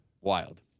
wild